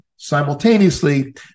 Simultaneously